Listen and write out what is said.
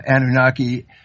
Anunnaki